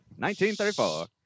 1934